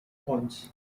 coins